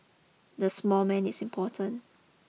the small man is important